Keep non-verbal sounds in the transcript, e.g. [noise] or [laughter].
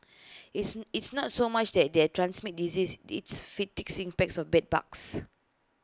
it's it's not so much that they're transmit disease it's [unintelligible] impacts of bed bugs